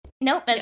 Nope